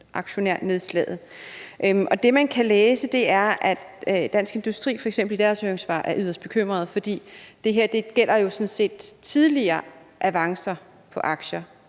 det, man kan læse, er, at f.eks. Dansk Industri i deres høringssvar er yderst bekymrede, fordi det her jo sådan set gælder tidligere avancer på aktier,